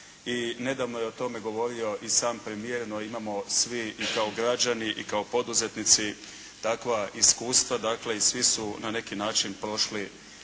i nedavno je o tome govorio i sam premijer, no imamo svi kao građani i kao poduzetnici takva iskustva, dakle i svi su na neki način prošli